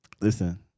Listen